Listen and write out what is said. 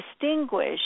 distinguish